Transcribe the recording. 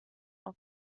auf